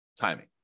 timing